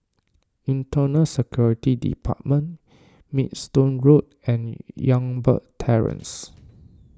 Internal Security Department Maidstone Road and Youngberg Terrace